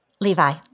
Levi